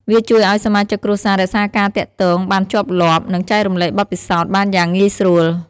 វាជួយឲ្យសមាជិកគ្រួសាររក្សាការទាក់ទងបានជាប់លាប់ និងចែករំលែកបទពិសោធន៍បានយ៉ាងងាយស្រួល។